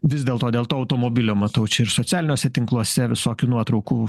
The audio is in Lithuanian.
vis dėlto dėl to automobilio matau čia ir socialiniuose tinkluose visokių nuotraukų